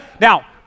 Now